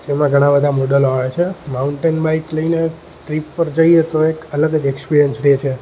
જેમાં ઘણા બધા મોડલો આવે છે માઉન્ટેન બાઈક લઈને ટ્રીપ પર જઈએ તો એક અલગ જ એક્સપિરિયન્સ રહે છે